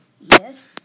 yes